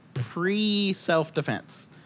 pre-self-defense